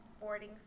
boarding